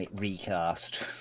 recast